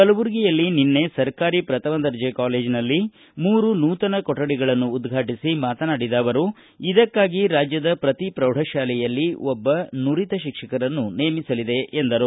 ಕಲಬುರಗಿಯಲ್ಲಿ ನಿನ್ನೆ ಸರ್ಕಾರಿ ಪ್ರಥಮ ದರ್ಜೆ ಕಾಲೇಜಿನಲ್ಲಿ ಮೂರು ನೂತನ ಕೊಠಡಿಗಳನ್ನು ಉದ್ವಾಟಿಸ ಮಾತನಾಡಿದ ಅವರು ಇದಕ್ಕಾಗಿ ರಾಜ್ಯದ ಪ್ರತಿ ಪ್ರೌಢಶಾಲೆಯಲ್ಲಿ ಒಬ್ಬ ನುರಿತ ಶಿಕ್ಷಕರನ್ನು ನೇಮಿಸಲಿದೆ ಎಂದರು